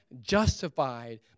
justified